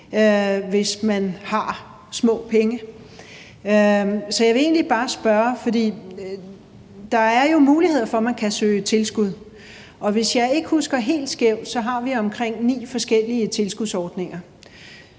hvis man har små penge. Der er jo muligheder for, at man kan søge tilskud, og hvis jeg ikke husker helt skævt, har vi omkring ni forskellige tilskudsordninger.